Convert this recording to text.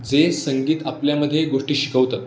जे संगीत आपल्यामध्ये गोष्टी शिकवतं